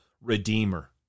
Redeemer